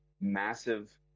massive